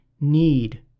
need